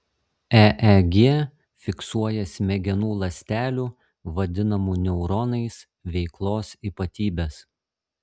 eeg fiksuoja smegenų ląstelių vadinamų neuronais veiklos ypatybes